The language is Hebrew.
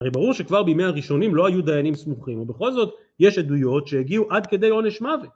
הרי ברור שכבר בימי הראשונים לא היו דיינים סמוכים, ובכל זאת יש עדויות שהגיעו עד כדי עונש מוות